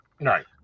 right